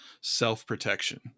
self-protection